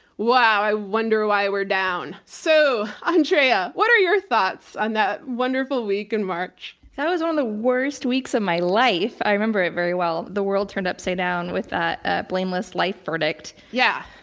wow, i wonder why we're down! so, andrea, what are your thoughts on that wonderful week in march? that was one of the worst weeks of my life. i remember it very well. the world turned upside down with a blameless life verdict. yeah,